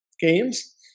games